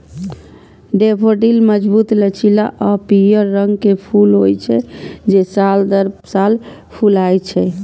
daffodil मजबूत, लचीला आ पीयर रंग के फूल होइ छै, जे साल दर साल फुलाय छै